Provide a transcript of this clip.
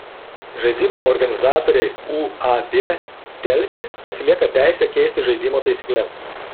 žaidimo organizatoriai uab delfi pasilieka teisę keisti žaidimo taisykles